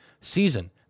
season